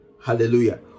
Hallelujah